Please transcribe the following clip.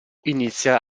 inizia